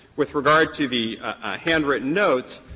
with regard to the handwritten notes,